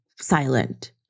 silent